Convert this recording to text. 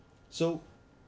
so